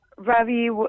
Ravi